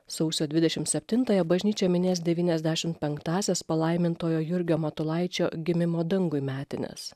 sausio dvidešim septintąją bažnyčia minės devyniasdešim penktąsias palaimintojo jurgio matulaičio gimimo dangui metines